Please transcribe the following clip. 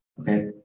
Okay